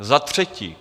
Za třetí.